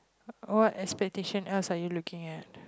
what expectation else are you looking at